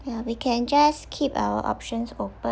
ya we can just keep our options open